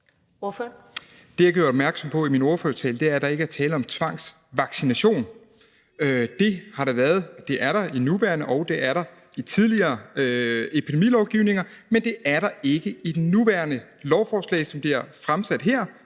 Det, jeg gjorde opmærksom på i min ordførertale, var, at der ikke er tale om tvangsvaccination. Det er der i den nuværende lovgivning, og det var der i tidligere epidemilovgivninger, men det er der ikke i det nuværende lovforslag, som er fremsat her,